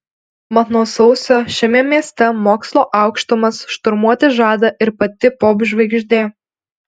mat nuo sausio šiame mieste mokslo aukštumas šturmuoti žada ir pati popžvaigždė